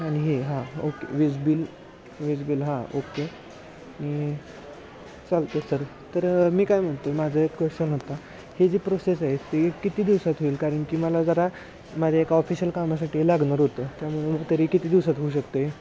आणि हे हां ओके वीजबिल विजबिल हां ओके चालते सर तर मी काय म्हणतो माझं एक क्वेश्चन होता हे जी प्रोसेस आहे ते किती दिवसात होईल कारण की मला जरा माझ्या एक ऑफिशल कामासाठी लागणार होतं त्यामुळे तरी किती दिवसात होऊ शकते